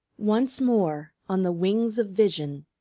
once more, on the wings of vision,